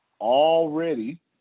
already